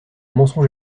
mensonge